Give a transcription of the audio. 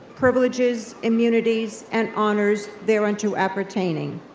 privileges, immunities, and honors thereunto appertaining.